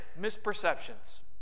misperceptions